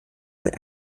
mit